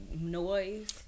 noise